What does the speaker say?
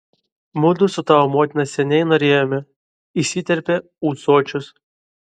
mudu su tavo motina seniai norėjome įsiterpia ūsočius